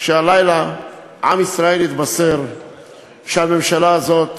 שהלילה עם ישראל יתבשר שהממשלה הזאת